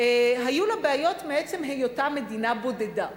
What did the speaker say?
היו לה בעיות מעצם היותה מדינה בודדה.